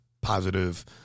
positive